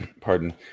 pardon